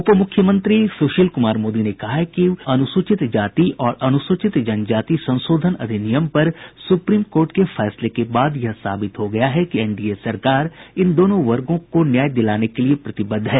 उप मुख्यमंत्री सुशील कुमार मोदी ने कहा कि अनुसूचित जाति और अनुसूचित जनजाति संशोधन अधिनियम पर सुप्रीम कोर्ट के फैसले के बाद यह साबित हो गया है कि एनडीए सरकार इन दोनों वर्गों को न्याय दिलाने के लिए प्रतिबद्ध है